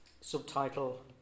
subtitle